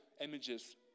images